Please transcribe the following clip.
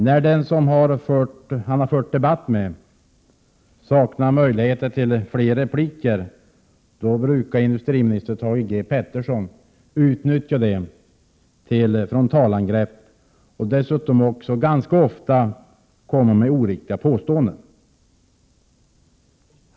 När den som industriministern har debatterat med inte har rätt till ytterligare replik, brukar industriministern Thage G Peterson utnyttja situationen och göra frontalangrepp. Ganska ofta kommer han dessutom med oriktiga påståenden.